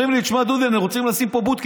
אומרים לי: שמע, דודי, אנחנו רוצים לשים פה בודקה.